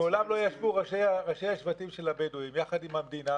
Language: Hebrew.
מעולם לא ישבו ראשי השבטים של הבדואים יחד עם המדינה